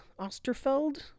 Osterfeld